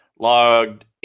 Logged